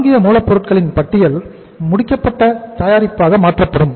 வாங்கிய மூலப் பொருட்களின் பட்டியல் முடிக்கப்பட்ட தயாரிப்பாக மாற்றப்படும்